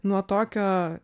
nuo tokio